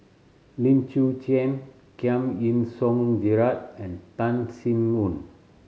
Lim Chwee Chian Giam Yean Song Gerald and Tan Sin Aun